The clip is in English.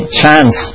chance